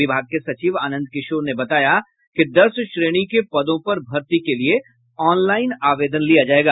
विभाग के सचिव आनंद किशोर ने बताया कि दस श्रेणी के पदों पर भर्ती के लिये ऑनलाइन आवेदन लिया जायेगा